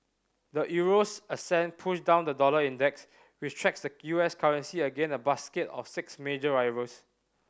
the euro's ascent pushed down the dollar index which tracks the U S currency against a basket of six major rivals